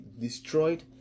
destroyed